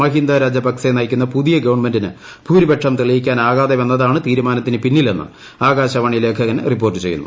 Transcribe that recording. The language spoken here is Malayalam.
മഹീന്ദ രാജപക്സെ നയിക്കുന്ന പുതിയ ഗവൺമെന്റിന് ഭൂരിപക്ഷം തെളിയിക്കാനാകാതെ വന്നതാണ് തീരുമാനത്തിനു പിന്നിലെന്ന് ആകാശവാണി ലേഖകൻ റിപ്പോർട്ട് ചെയ്യുന്നു